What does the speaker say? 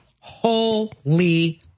Holy